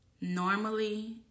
normally